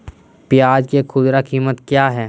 प्याज के खुदरा कीमत क्या है?